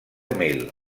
mil